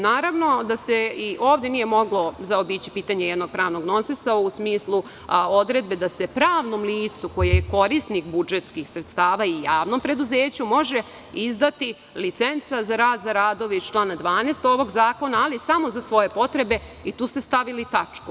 Naravno da se i ovde nije moglo zaobići pitanje jednog pravnog nonsensa u smislu odredbe da se pravnom licu, koji je korisnik budžetskih sredstava, i javnom preduzeću može izdati licenca za rad i radove iz člana 12. ovog zakona, ali samo za svoje potrebe i tu ste stavili tačku.